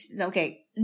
Okay